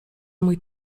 mój